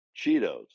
Cheetos